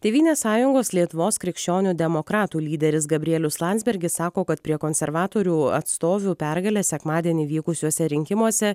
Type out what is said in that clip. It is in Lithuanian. tėvynės sąjungos lietuvos krikščionių demokratų lyderis gabrielius landsbergis sako kad prie konservatorių atstovių pergalės sekmadienį vykusiuose rinkimuose